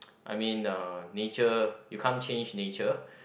I mean uh nature you can't change nature